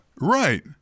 right